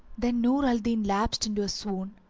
then nur al-din lapsed into a swoon,